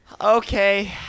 Okay